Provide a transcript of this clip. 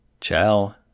Ciao